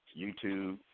YouTube